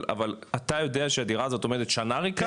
אבל אתה יודע שהדירה הזאת עומדת שנה ריקה?